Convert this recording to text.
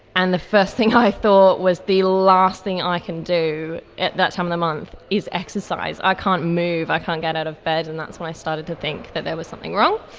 and the first thing i thought was the last thing i can do at that time of the month is exercise. i can't move, i can't get out of bed, and that's when i started to think that there was something wrong.